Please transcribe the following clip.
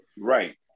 Right